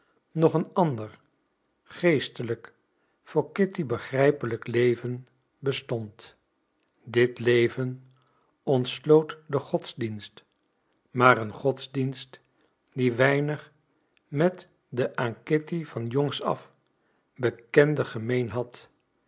nog een ander geestelijk voor kitty begrijpelijk leven bestond dit leven ontsloot de godsdienst maar een godsdienst die weinig met den aan kitty van jongs af bekenden gemeen had